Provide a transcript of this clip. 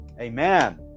Amen